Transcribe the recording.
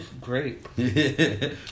Great